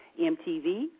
MTV